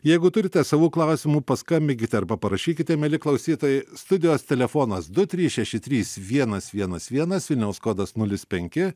jeigu turite savų klausimų paskambinkite arba parašykite mieli klausytojai studijos telefonas du trys šeši trys vienas vienas vienas vilniaus kodas nulis penki